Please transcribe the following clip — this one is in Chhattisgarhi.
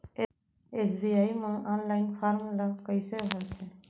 एस.बी.आई म ऑनलाइन फॉर्म ल कइसे भरथे?